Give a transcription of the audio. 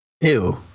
Ew